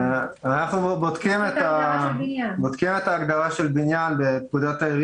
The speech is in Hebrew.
ההגדרה של בניין זה כל מבנה.